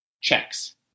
checks